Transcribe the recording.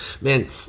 Man